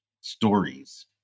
stories